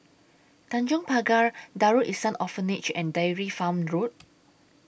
Tanjong Pagar Darul Ihsan Orphanage and Dairy Farm Road